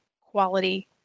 quality